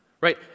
Right